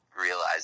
realize